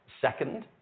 Second